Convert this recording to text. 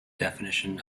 definition